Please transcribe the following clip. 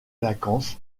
vacances